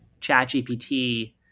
ChatGPT